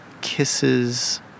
kisses